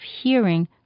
hearing